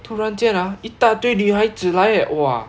突然间 ah 一大堆女孩子来 leh !wah!